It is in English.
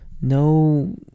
no